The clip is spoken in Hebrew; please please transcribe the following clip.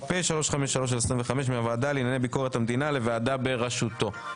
התשפ''ג-2022/פ/353/25 מהוועדה לענייני ביקורת המדינה לוועדה בראשותו.